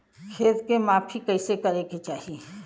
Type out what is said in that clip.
खेत के माफ़ी कईसे करें के चाही?